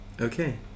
Okay